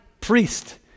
priest